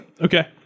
Okay